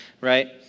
right